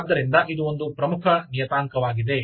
ಆದ್ದರಿಂದ ಇದು ಒಂದು ಪ್ರಮುಖ ನಿಯತಾಂಕವಾಗಿದೆ